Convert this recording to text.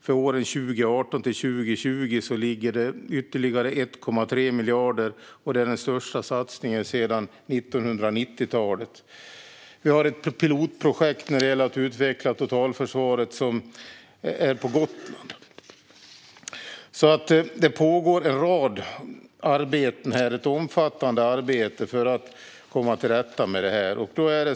För åren 2018-2020 ligger det ytterligare 1,3 miljarder, vilket är den största satsningen sedan 1990-talet. Vi har också ett pilotprojekt när det gäller att utveckla totalförsvaret som är på Gotland. Det pågår alltså ett omfattande arbete för att komma till rätta med det här.